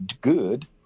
good